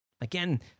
Again